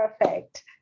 perfect